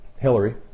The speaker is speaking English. Hillary